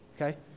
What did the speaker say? Okay